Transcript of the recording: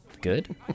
good